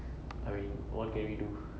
I mean what can we do